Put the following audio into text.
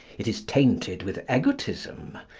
it is tainted with egotism.